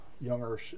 younger